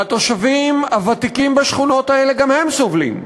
והתושבים הוותיקים בשכונות האלה גם הם סובלים.